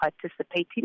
participating